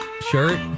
shirt